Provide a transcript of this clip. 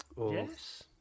Yes